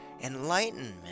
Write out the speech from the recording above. enlightenment